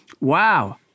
Wow